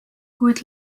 kuid